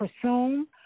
presume